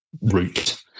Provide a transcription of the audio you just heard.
route